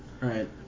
Right